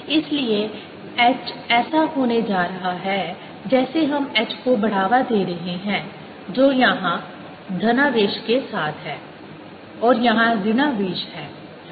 इसलिए H ऐसा होने जा रहा है जैसे हम h को बढ़ावा दे रहे हैं जो यहां धनावेश के साथ है और यहां ऋणावेश है